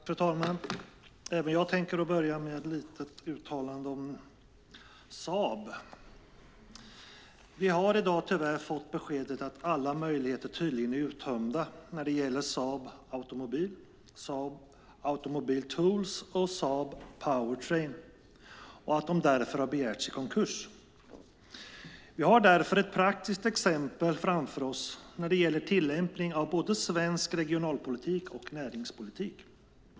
Fru talman! Även jag tänker börja med ett litet uttalande om Saab. Vi har i dag tyvärr fått beskedet att alla möjligheter tydligen är uttömda när det gäller Saab Automobile, Saab Automobile Tools och Saab Powertrain och att de därför har begärts i konkurs. Vi har därmed ett praktiskt exempel framför oss när det gäller tillämpning av både svensk regionalpolitik och svensk näringspolitik.